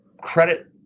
credit